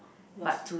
yours